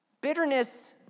Bitterness